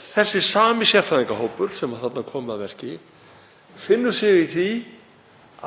þessi sami sérfræðingahópur sem þarna kom að verki finnur sig í því